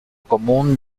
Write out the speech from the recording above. común